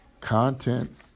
content